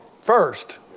first